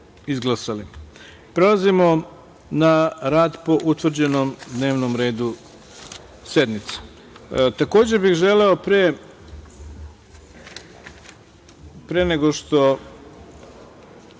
godine)Prelazimo na rad po utvrđenom dnevnom redu sednice. Takođe bih želeo pre nego što